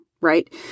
right